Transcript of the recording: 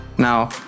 Now